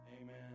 Amen